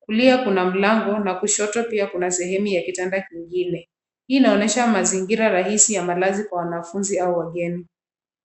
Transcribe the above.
Kulia kuna mlango na kushoto pia kuna sehemu ya kitanda kingine. Hii inaonesha mazingira rahisi ya malazi kwa wanafunzi au wageni.